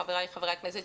מחבריי חברי הכנסת,